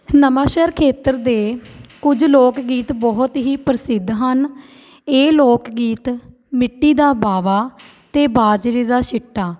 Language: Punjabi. ਨਵਾਂਸ਼ਹਿਰ ਖੇਤਰ ਦੇ ਕੁਝ ਲੋਕ ਗੀਤ ਬਹੁਤ ਹੀ ਪ੍ਰਸਿੱਧ ਹਨ ਇਹ ਲੋਕ ਗੀਤ ਮਿੱਟੀ ਦਾ ਬਾਵਾ ਅਤੇ ਬਾਜਰੇ ਦਾ ਸਿੱਟਾ